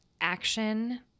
action